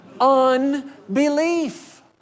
Unbelief